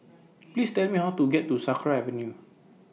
Please Tell Me How to get to Sakra Avenue